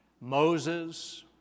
Moses